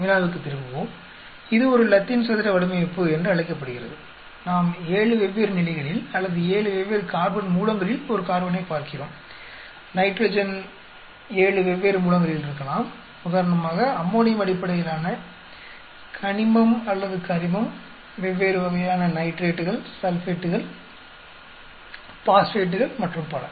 வினாவுக்குத் திரும்புவோம் இது ஒரு லத்தீன் சதுர வடிவமைப்பு என்று அழைக்கப்படுகிறது நாம் 7 வெவ்வேறு நிலைகளில் அல்லது 7 வெவ்வேறு கார்பன் மூலங்களில் ஒரு கார்பனைப் பார்க்கிறோம் நைட்ரஜன் 7 வெவ்வேறு மூலங்களில் இருக்கலாம் உதாரணமாக அம்மோனியம் அடிப்படையிலான கனிமம் அல்லது கரிமம் வெவ்வேறு வகையான நைட்ரேட்டுகள் சல்பேட்டுகள் பாஸ்பேட்டுகள் மற்றும் பல